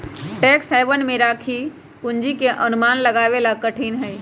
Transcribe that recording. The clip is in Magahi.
टैक्स हेवन में राखी पूंजी के अनुमान लगावे ला कठिन हई